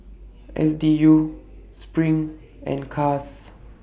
S D U SPRING and Caas